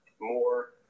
more